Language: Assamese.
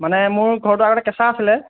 মানে মোৰ ঘৰটো আগতে কেঁচা আছিল